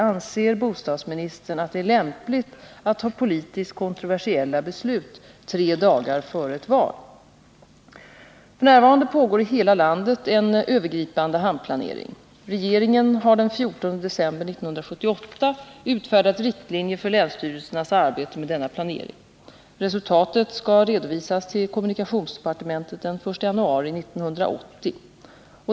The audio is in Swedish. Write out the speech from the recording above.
Anser bostadsministern att det är lämpligt att ta politiskt kontroversiella beslut tre dagar före ett val? F. n. pågår i hela landet en övergripande hamnplanering. Regeringen har den 14 december 1978 utfärdat riktlinjer för länsstyrelsens arbete med denna planering. Resultatet skall redovisas till kommunikationsdepartementet den 1 januari 1980.